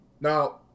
Now